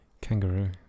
kangaroo